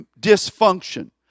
dysfunction